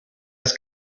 das